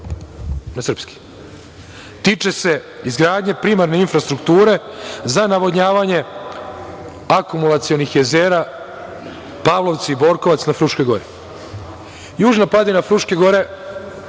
tiče se izgradnje primarne infrastrukture za navodnjavanje akumulacionih jezera Pavlovci i Borkovac na Fruškoj